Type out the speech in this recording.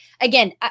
Again